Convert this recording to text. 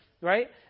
right